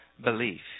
belief